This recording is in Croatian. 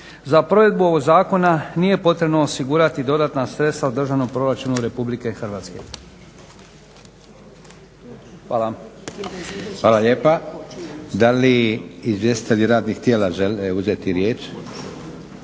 Za provedbu ovog Zakona nije potrebno osigurati dodatna sredstva u Državnom proračunu Republike Hrvatske. Hvala. **Leko, Josip (SDP)** Hvala lijepa. Da li izvjestitelji radnih tijela žele uzeti riječ? Ne.